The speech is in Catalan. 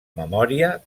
memòria